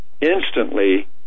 instantly